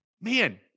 man